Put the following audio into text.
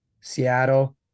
Seattle